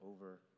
over